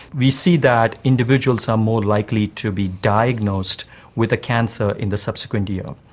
we see that individuals are more likely to be diagnosed with a cancer in the subsequent year.